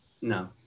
No